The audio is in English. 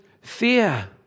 fear